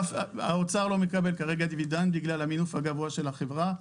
האוצר לא מקבל כרגע דיבידנד בגלל המינוף הגבוה של החברה,